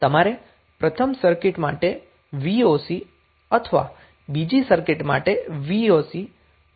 તમારી પ્રથમ સર્કિટ માટે voc અથવા બીજી સર્કિટ માટે voc બંને સમાન હોવા જોઈએ